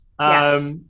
Yes